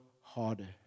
harder